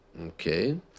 Okay